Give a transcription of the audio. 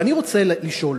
ואני רוצה לשאול: